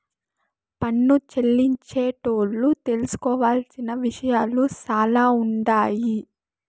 పన్ను చెల్లించేటోళ్లు తెలుసుకోవలసిన విషయాలు సాలా ఉండాయి